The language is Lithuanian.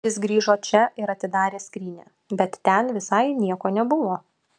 jis grįžo čia ir atidarė skrynią bet ten visai nieko nebuvo